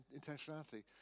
intentionality